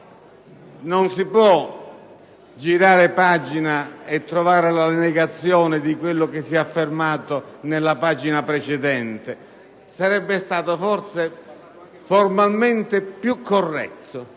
non si può girare pagina e trovare la negazione di quello che si è affermato nella pagina precedente. Sarebbe stato forse formalmente più corretto